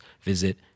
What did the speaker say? visit